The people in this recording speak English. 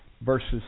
verses